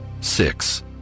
Six